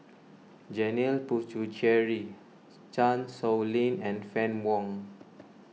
Janil Puthucheary Chan Sow Lin and Fann Wong